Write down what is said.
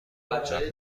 وقتی